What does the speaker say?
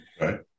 Right